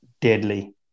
deadly